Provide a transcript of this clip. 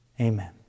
Amen